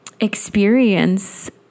experience